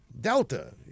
Delta